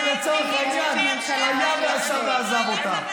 ולצורך העניין, היה ועשה ועזב אותה.